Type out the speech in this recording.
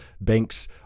banks